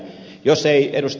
jos te ed